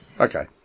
Okay